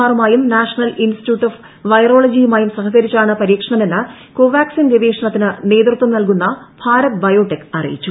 ആറുമായും national institute of വൈറോളജിയുമായും സഹകരിച്ചാണ് പരീക്ഷണമെന്ന് കോവാക്സിൻ ഗവേഷണത്തിന് നേതൃത്വം നൽകുന്ന ഭാരത് ബയോടെക് അറിയിച്ചു